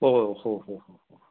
ओ ओ हो हो